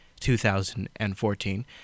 2014